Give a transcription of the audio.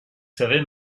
savez